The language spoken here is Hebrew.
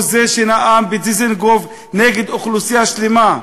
הוא זה שנאם בדיזנגוף נגד אוכלוסייה שלמה,